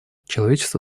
человечество